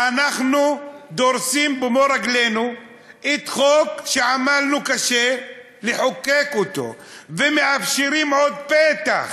אנחנו דורסים במו-רגלינו חוק שעמלנו קשה לחוקק ומאפשרים עוד פתח